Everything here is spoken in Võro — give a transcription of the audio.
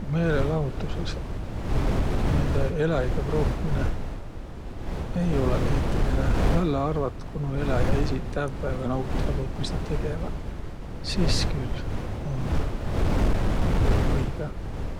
Meelelahotusõs naidõ eläjide pruukminõ ei olõq eetiline, vällä arvat, ku nuuq eläjäq esiq tävvega nautvaq tuud, mis nä tegeväq. Sis külh um õigõ.